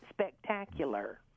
spectacular